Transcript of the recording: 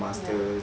ya